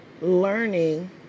learning